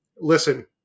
listen